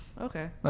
Okay